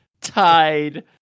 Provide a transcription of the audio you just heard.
tied